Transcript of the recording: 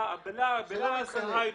זז.